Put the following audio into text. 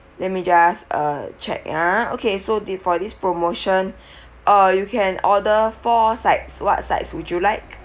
let me just uh check ah okay so this for this promotion uh you can order four sides what sides would you like